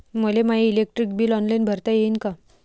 मले my electric bill online भरता येईन का?